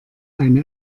eine